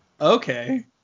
Okay